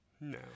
No